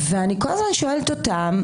ואני כל הזמן שואלת אותם: